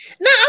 Now